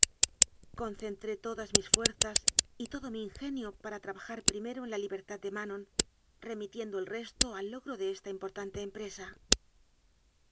concentré todas mis fuerzas y todo mi ingenio para trabajar primero en la libertad de manon remitiendo el resto al logro de esta importante empresa